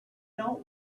dont